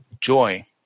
joy